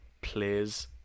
plays